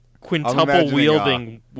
Quintuple-wielding